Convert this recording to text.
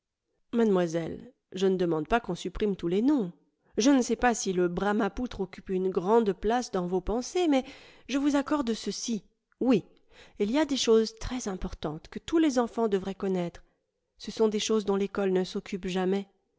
mademoiselle je ne demande pas qu'on supprime tous les noms je ne sais pas si le bramapoutre occupe une grande place dans vos pensées mais je vous accorde ceci oui il y a des choses très importantes que tous les enfants devraient connaître ce sont des choses dont l'ecole ne s'occupe jamais